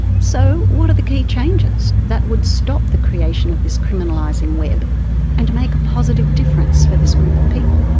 so what are the key changes that would stop the creation of this criminalizing web and make a positive difference for this group of people?